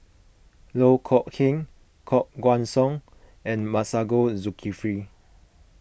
Loh Kok Heng Koh Guan Song and Masagos Zulkifli